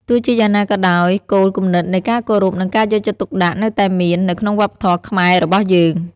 ទោះជាយ៉ាងណាក៏ដោយ គោលគំនិតនៃការគោរព និងការយកចិត្តទុកដាក់នៅតែមាន នៅក្នុងវប្បធម៌ខ្មែររបស់យើង។